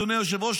אדוני היושב-ראש,